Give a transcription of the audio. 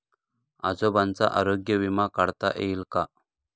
आजोबांचा आरोग्य विमा काढता येईल का?